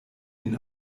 den